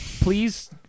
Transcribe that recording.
please